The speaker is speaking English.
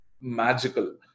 magical